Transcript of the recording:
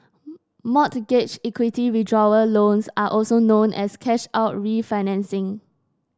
mortgage equity withdrawal loans are also known as cash out refinancing